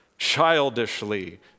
childishly